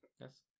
Yes